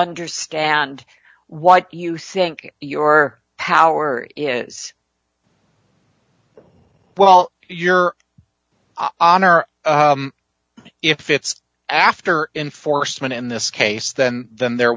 understand what you think your power is well your odds are if it's after enforcement in this case then then there